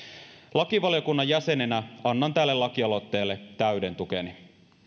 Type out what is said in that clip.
lakivaliokunnan jäsenenä annan tälle lakialoitteelle täyden tukeni